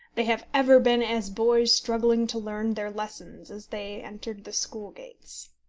they have ever been as boys struggling to learn their lesson as they entered the school gates.